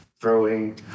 throwing